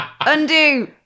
Undo